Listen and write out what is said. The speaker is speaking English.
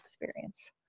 experience